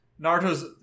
Naruto's